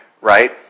right